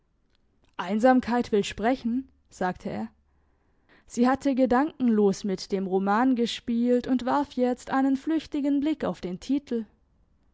einsamkeit will sprechen sagte er sie hatte gedankenlos mit dem roman gespielt und warf jetzt einen flüchtigen blick auf den titel